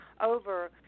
over